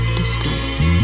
disgrace